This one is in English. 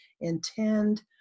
intend